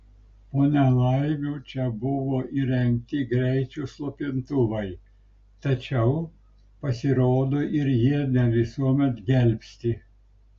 po nelaimių čia buvo įrengti greičio slopintuvai tačiau pasirodo ir jie ne visuomet gelbsti